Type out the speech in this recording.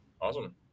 Awesome